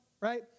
right